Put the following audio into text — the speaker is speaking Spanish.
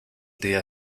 día